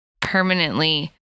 permanently